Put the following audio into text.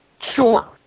Sure